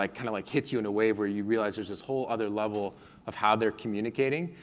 like kind of like hits you in a wave, where you realize there's this whole other level of how they're communicating,